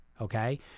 okay